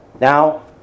Now